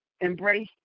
embrace